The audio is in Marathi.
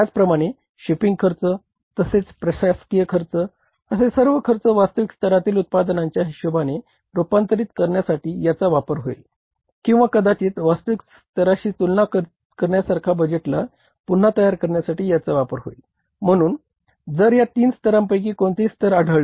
त्याचप्रमाणे शिपिंग खर्च हिशोबाने रुपांतरीत करण्यासाठी याचा वापर होईल किंवा कदाचित वास्तविक स्तराशी तुलना करण्यासारख्या बजेटला पुन्हा तयार करण्यासाठी याचा वापर होईल म्हणून जर या तीन स्तरांपैकी कोणतेही स्तर आढळले